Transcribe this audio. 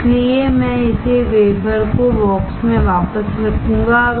इसलिए मैं इस वेफर को बॉक्स में वापस रखूंगा